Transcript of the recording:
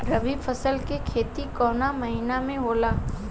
रवि फसल के खेती कवना महीना में होला?